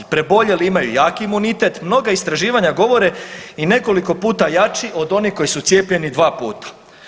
Preboljeli imaju jak imunitet, mnoga istraživanja govore i nekoliko puta jači od onih koji su cijepljeni dva puta.